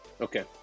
Okay